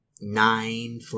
nine